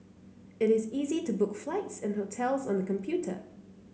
it is easy to book flights and hotels on the computer